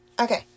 okay